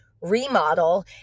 remodel